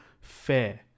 fair